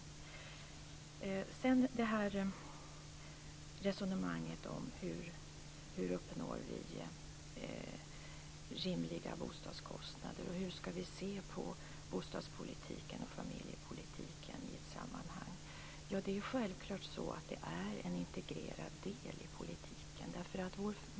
Jag går så över till resonemanget om hur vi uppnår rimliga bostadskostnader och hur vi skall se på bostads och familjepolitiken i ett sammanhang. Självklart är detta en integrerad del i politiken.